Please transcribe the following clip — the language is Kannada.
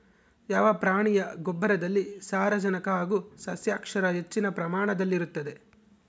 ಯಾವ ಪ್ರಾಣಿಯ ಗೊಬ್ಬರದಲ್ಲಿ ಸಾರಜನಕ ಹಾಗೂ ಸಸ್ಯಕ್ಷಾರ ಹೆಚ್ಚಿನ ಪ್ರಮಾಣದಲ್ಲಿರುತ್ತದೆ?